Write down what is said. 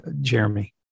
Jeremy